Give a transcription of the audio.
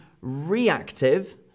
reactive